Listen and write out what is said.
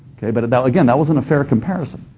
okay, but and again that wasn't a fair comparison.